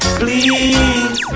please